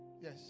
Yes